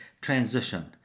transition